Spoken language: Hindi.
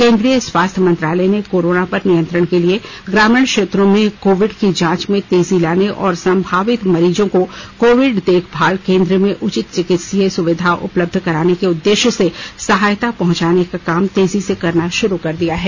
केंद्रीय स्वास्थ्य मंत्रालय ने कोरोना पर नियंत्रण के लिए ग्रामीण क्षेत्रों में कोविड की जांच में तेजी लाने और संभावित मरीजों को कोविड देखभाल केंद्र में उचित चिकित्सीय सुविधा उपलब्ध करवाने के उद्देश्य से सहायता पहुंचाने का काम तेजी से करना शुरू कर दिया है